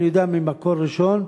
אני יודע ממקור ראשון,